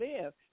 live